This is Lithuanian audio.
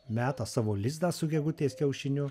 meta savo lizdą su gegutės kiaušiniu